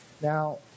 Now